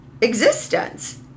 existence